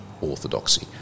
Orthodoxy